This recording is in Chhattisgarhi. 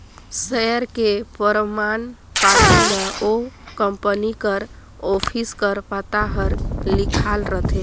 सेयर के परमान पाती म ओ कंपनी कर ऑफिस कर पता हर लिखाल रहथे